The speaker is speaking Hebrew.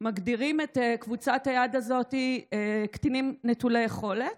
מגדירים את קבוצת היעד הזאת "קטינים נטולי יכולת".